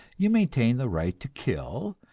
you maintain the right to kill,